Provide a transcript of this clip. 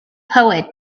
poet